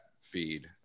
feed